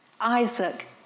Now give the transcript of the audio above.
Isaac